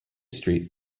street